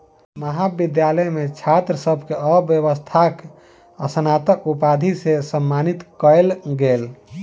महाविद्यालय मे छात्र सभ के अर्थव्यवस्थाक स्नातक उपाधि सॅ सम्मानित कयल गेल